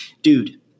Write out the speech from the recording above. Dude